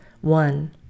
One